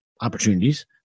opportunities